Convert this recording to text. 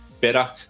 better